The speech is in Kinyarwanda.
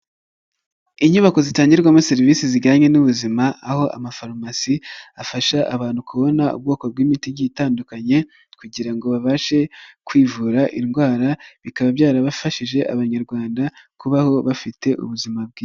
Inyubako zitangirwamo serivisi zijyanye n'ubuzima, aho amafarumasi afasha abantu kubona ubwoko bw'imiti igiye itandukanye, kugira ngo babashe kwivura indwara bikaba byarafashije abanyarwanda kubaho bafite ubuzima bwiza.